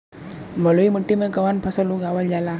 बलुई मिट्टी में कवन फसल उगावल जाला?